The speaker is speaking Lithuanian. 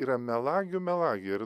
yra melagių melagė ir